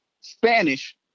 Spanish